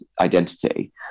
identity